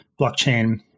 blockchain